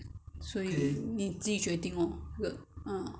所以你自己决定 oh ugh ah